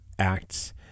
acts